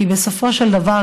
כי בסופו של דבר,